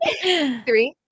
Three